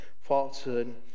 falsehood